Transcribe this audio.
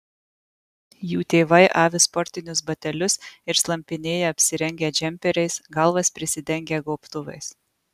jų tėvai avi sportinius batelius ir slampinėja apsirengę džemperiais galvas prisidengę gobtuvais